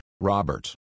Robert